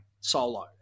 solo